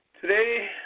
Today